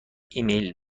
ایمیل